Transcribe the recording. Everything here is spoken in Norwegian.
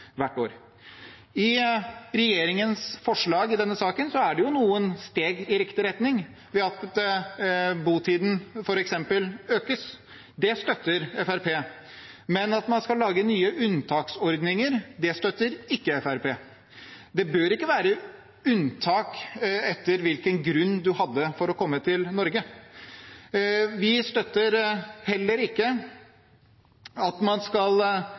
hvert år. I regjeringens forslag i denne saken er det noen steg i riktig retning, f.eks. ved at botiden økes. Det støtter Fremskrittspartiet. Men at man skal lage nye unntaksordninger, støtter ikke Fremskrittspartiet. Det bør ikke være unntak etter hvilken grunn man hadde for å komme til Norge. Vi støtter egentlig tanken på at man